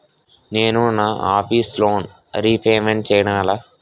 నేను నా office loan repayment చేయడం ఎలా?